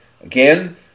Again